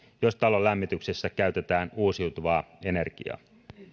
jos talon lämmityksessä käytetään uusiutuvaa energiaa